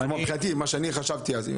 זה מבחינתי, מה שחשבתי אז.